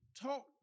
talk